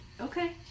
Okay